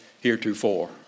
heretofore